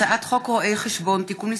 הצעת חוק רואי חשבון (תיקון מס'